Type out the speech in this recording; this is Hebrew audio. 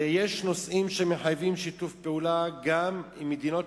ויש נושאים שמחייבים שיתוף פעולה גם עם מדינות